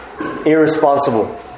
irresponsible